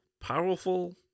powerful